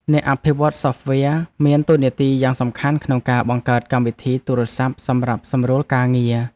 អ្នកអភិវឌ្ឍន៍សូហ្វវែរមានតួនាទីយ៉ាងសំខាន់ក្នុងការបង្កើតកម្មវិធីទូរស័ព្ទសម្រាប់សម្រួលការងារ។